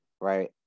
Right